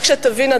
רק שתבין,